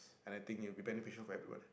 and I think it will be beneficial for everyone